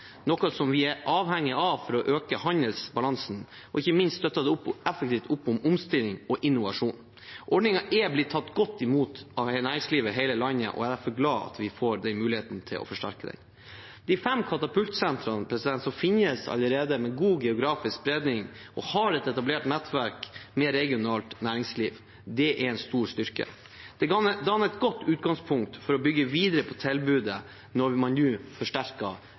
noe vi er avhengig av for å øke handelsbalansen, og ikke minst støtter den effektivt opp om omstilling og innovasjon. Ordningen er blitt tatt godt imot av næringslivet i hele landet, og jeg er derfor glad for at vi får muligheten til å forsterke den. De fem katapultsentrene som finnes, har allerede god geografisk spredning og har etablert nettverk med regionalt næringsliv. Det er en stor styrke. Det danner et godt utgangspunkt for å bygge videre på tilbudet når man nå forsterker